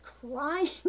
crying